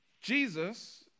Jesus